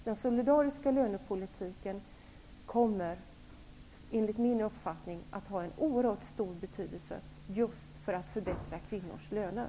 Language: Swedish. Den solidariska lönepolitiken kommer enligt min uppfattning att ha oerhört stor betydelse för att förbättra kvinnors löner.